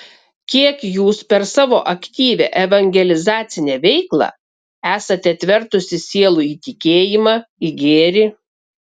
kiek jūs per savo aktyvią evangelizacinę veiklą esate atvertusi sielų į tikėjimą į gėrį